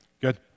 Good